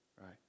Right